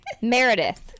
Meredith